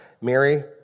Mary